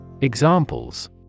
Examples